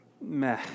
meh